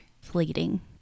fleeting